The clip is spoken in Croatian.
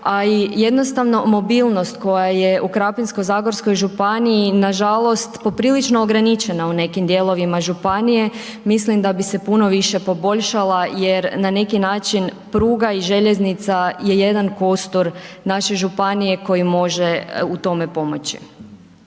a i jednostavno mobilnost koja je u Krapinsko-zagorskoj županiji nažalost poprilično ograničena u nekim dijelovima županije, mislim da bi se puno više poboljšala jer na neki način pruga i željeznička je jedan kostur naše županije koji može u tome pomoći.